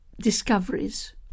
discoveries